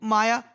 Maya